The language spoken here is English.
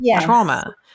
trauma